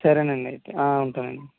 సరేనండి అయితే ఉంటానండి